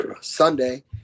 sunday